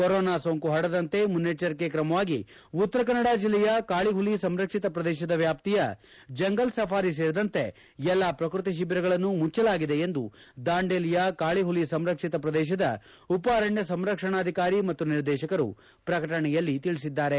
corona ಸೋಂಕು ಪರಡದಂತೆ ಮುನ್ನೆಚ್ಚರಿಕೆ ಕ್ರಮವಾಗಿ ಉತ್ತರ ಕನ್ನಡ ಜಿಲ್ಲೆಯ ಕಾಳಿ ಹುಲಿ ಸಂರಕ್ಷಿತ ಪ್ರದೇಶದ ವ್ಯಾಪ್ತಿಯ ಜಂಗಲ್ ಸಫಾರಿ ಸೇರಿದಂತೆ ಎಲ್ಲಾ ಶ್ರಕೃತಿ ಶಿಬಿರಗಳನ್ನು ಮುಚ್ವಲಾಗಿದೆ ಎಂದು ದಾಂಡೇಲಿಯ ಕಾಳಿ ಹುಲಿ ಸಂರಕ್ಷಿತ ಪ್ರದೇಶದ ಉಪ ಅರಣ್ಯ ಸಂರಕ್ಷಣಾಧಿಕಾರಿ ಮತ್ತು ನಿರ್ದೇಶಕರು ಪ್ರಕಟಣೆಯಲ್ಲಿ ತಿಳಿಸಿದ್ದಾರೆ